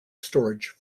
storage